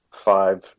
five